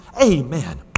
Amen